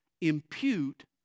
impute